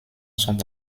sont